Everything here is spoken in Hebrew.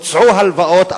הוצעו הלוואות,